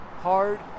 hard